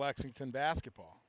lexington basketball